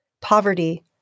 poverty